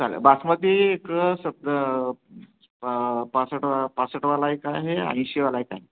चालेल बासमती एक सत्त पासष्ट वा पासष्टवाला एक आहे आणि ऐंशीवाला एक आहे